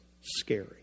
scary